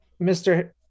mr